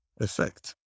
effect